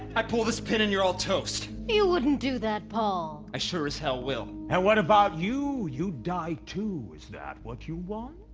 i pull this pin and you're all toast! you wouldn't do that, paul. i sure as hell will and what about you? you'd die too, is that what you want?